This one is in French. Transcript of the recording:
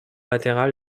latéral